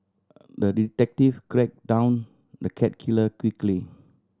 the detective tracked down the cat killer quickly